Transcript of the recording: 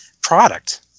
product